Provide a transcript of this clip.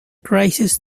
crisis